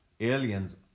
Aliens